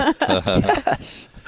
Yes